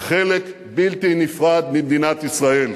חלק בלתי נפרד ממדינת ישראל.